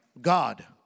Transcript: God